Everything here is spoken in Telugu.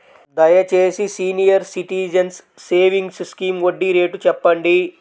దయచేసి సీనియర్ సిటిజన్స్ సేవింగ్స్ స్కీమ్ వడ్డీ రేటు చెప్పండి